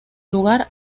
lugar